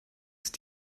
ist